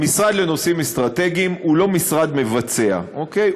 המשרד לנושאים אסטרטגיים הוא לא משרד מבצע, אוקיי?